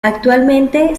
actualmente